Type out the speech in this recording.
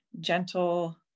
gentle